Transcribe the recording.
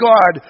God